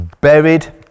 Buried